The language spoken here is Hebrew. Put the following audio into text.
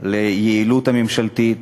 ליעילות הממשלתית